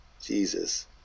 jesus